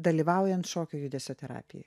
dalyvaujant šokio judesio terapijoj